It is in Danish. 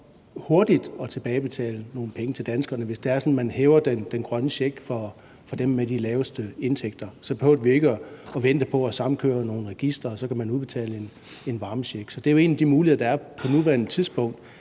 hurtigt at tilbagebetale nogle penge til danskerne. Hvis det er sådan, at man hæver den grønne check for dem med de laveste indtægter, behøver vi ikke at vente på at samkøre nogle registre, og så kan man udbetale en varmecheck. Det er en af de muligheder, der er på nuværende tidspunkt.